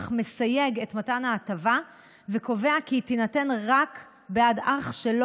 אך מסייג את מתן ההטבה וקובע כי היא תינתן רק בעד אח שלא